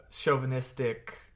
Chauvinistic